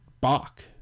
Bach